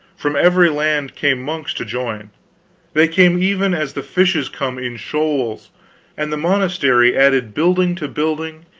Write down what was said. from every land came monks to join they came even as the fishes come, in shoals and the monastery added building to building,